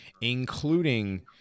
including